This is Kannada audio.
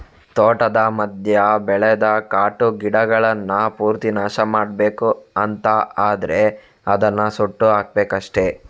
ತೋಟದ ಮಧ್ಯ ಬೆಳೆದ ಕಾಟು ಗಿಡಗಳನ್ನ ಪೂರ್ತಿ ನಾಶ ಮಾಡ್ಬೇಕು ಅಂತ ಆದ್ರೆ ಅದನ್ನ ಸುಟ್ಟು ಹಾಕ್ಬೇಕಷ್ಟೆ